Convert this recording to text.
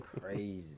Crazy